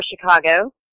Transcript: Chicago